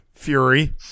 fury